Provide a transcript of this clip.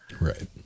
Right